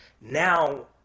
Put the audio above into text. Now